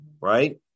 right